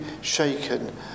shaken